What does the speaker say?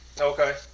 Okay